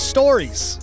Stories